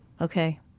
okay